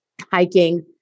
hiking